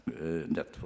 network